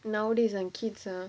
nowadays the kids ah